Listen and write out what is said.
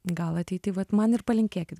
gal ateity vat man ir palinkėkit